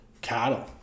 cattle